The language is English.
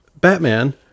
Batman